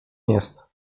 jest